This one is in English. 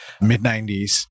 mid-90s